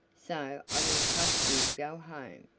so i will trust you to go home.